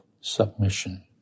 submission